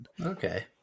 Okay